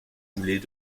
boulet